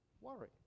worry